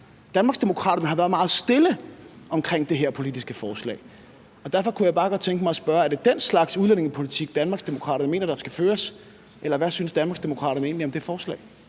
Danmarksdemokraterne har været meget stille omkring det her politiske forslag. Derfor kunne jeg bare godt tænke mig at spørge: Er det den slags udlændingepolitik, Danmarksdemokraterne mener der skal føres, eller hvad synes Danmarksdemokraterne egentlig om det forslag?